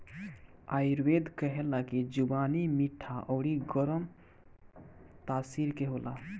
आयुर्वेद कहेला की खुबानी मीठा अउरी गरम तासीर के होला